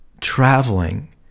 Traveling